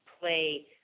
play